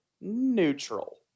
Neutral